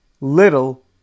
little